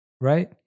Right